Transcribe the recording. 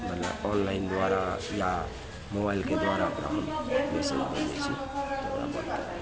मतलब ऑनलाइन द्वारा या मोबाइलके द्वारा ओकरा हम छी पैसे भेजैत छी